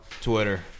twitter